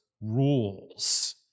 rules